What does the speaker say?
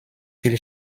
viel